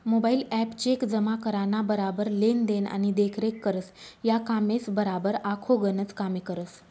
mobile app check जमा कराना बराबर लेन देन आणि देखरेख करस, या कामेसबराबर आखो गनच कामे करस